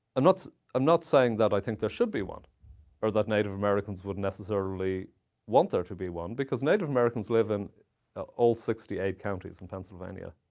i'm not um not saying that i think there should be one or that native americans would necessarily want there to be one. because native americans live in ah all sixty eight counties in pennsylvania,